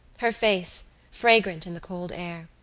her face, fragrant in the cold air,